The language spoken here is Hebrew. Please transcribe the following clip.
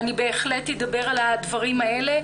אני בהחלט אדבר על הדברים האלה.